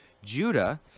Judah